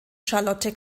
charlotte